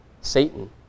Satan